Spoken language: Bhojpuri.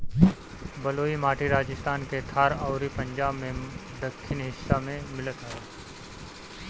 बलुई माटी राजस्थान के थार अउरी पंजाब के दक्खिन हिस्सा में मिलत हवे